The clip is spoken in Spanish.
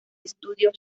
estudio